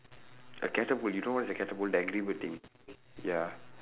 a catapult you know what's a catapult the angry bird thing ya